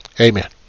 Amen